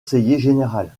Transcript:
général